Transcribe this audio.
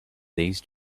these